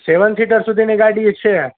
સેવન seater સુધીની ગાડી છે